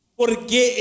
porque